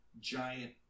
giant